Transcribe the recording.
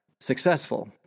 successful